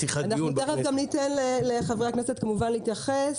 אנחנו תיכף ניתן לחברי הכנסת להתייחס.